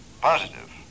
Positive